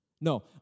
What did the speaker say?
No